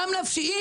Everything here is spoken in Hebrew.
גם נפשיים.